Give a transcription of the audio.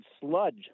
sludge